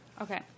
Okay